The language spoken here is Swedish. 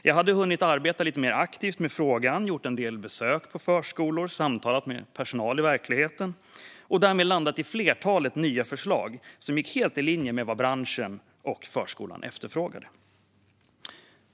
Jag hade hunnit arbeta lite mer aktivt med frågan, gjort en del besök på förskolor och samtalat med personal i verkligheten och därmed landat i ett flertal nya förslag som gick helt i linje med vad branschen och förskolan efterfrågade.